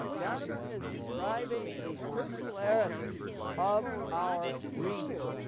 gadamer is describing the circularity of our reading,